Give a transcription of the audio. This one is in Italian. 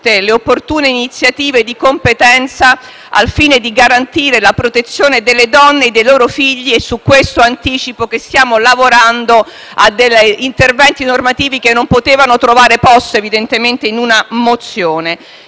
le opportune iniziative di competenza al fine di garantire la protezione delle donne e dei loro figli e su questo anticipo che stiamo lavorando ad interventi normativi che non potevano trovare posto, evidentemente, in una mozione.